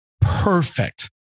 perfect